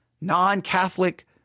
non-Catholic